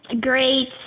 great